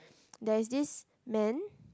there is this man